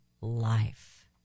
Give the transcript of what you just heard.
life